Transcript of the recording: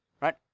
Right